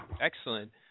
Excellent